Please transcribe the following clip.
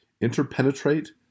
interpenetrate